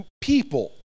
people